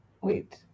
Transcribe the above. wait